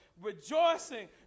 rejoicing